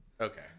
Okay